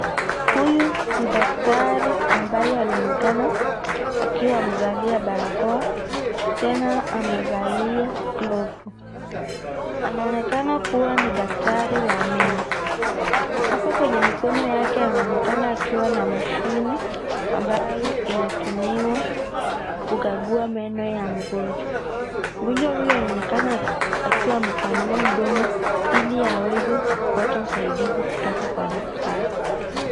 Huyu ni daktari ambaye anaonekana hakiwa amevalia barakoa tena amevalia glovu, anaonekana kua ni daktari wa meno, apa kwenye mikono yake anaonekana akiwa na machini ambayo inatumiwa kukagua meno ya mgonjwa ,mgonjwa huyu anaonekana akiwa amepanua mdomo hili aweza kupata usaidizi kutoka kwa daktari.